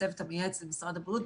הצוות המייעץ למשרד הבריאות,